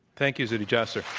thank you, zuhdi jasser.